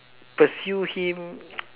pursue him